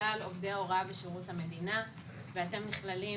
לכלל עובדי ההוראה בשירות המדינה ואתם נכללים